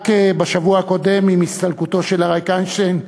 רק בשבוע הקודם, עם הסתלקותו של אריק איינשטיין,